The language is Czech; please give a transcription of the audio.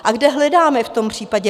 A kde hledáme v tom případě?